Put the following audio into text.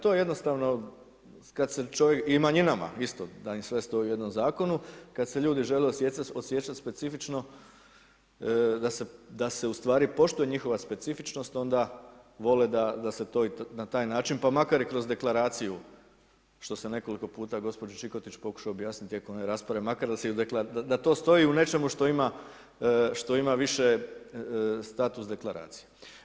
To je jednostavno, kada se čovjek i manjinama, isto da im sve stoji u jednom zakonu, kada se ljudi žele osjećati specifičnost, da se ustvari poštuje njihova specifičnost, onda vole da se to i na taj način, pa makar i kroz deklaraciju, što se nekoliko put gđi. Čikotić pokušao objasniti tijekom one rasprave, makar da to stoji u nečemu što ima više status deklaracije.